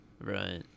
Right